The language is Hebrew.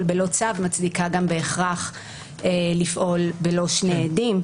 בלא צו מצדיקה גם בהכרח לפעול בלא שני עדים,